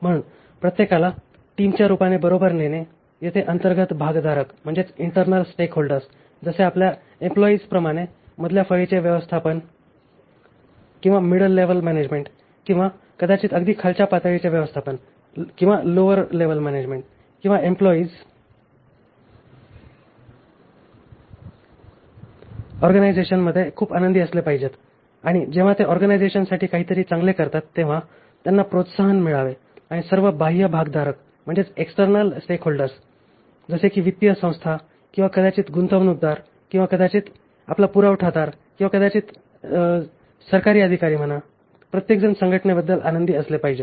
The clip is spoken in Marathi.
म्हणून प्रत्येकाला टीमच्या रूपाने बरोबर नेणे जेथे अंतर्गत भागधारक जसे की वित्तीय संस्था किंवा कदाचित गुंतवणूकदार किंवा कदाचित आपला पुरवठादार किंवा कदाचित सरकारी अधिकारी म्हणा प्रत्येकजण संघटनेबद्दल आनंदी असले पाहिजे